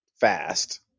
fast